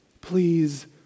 please